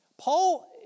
Paul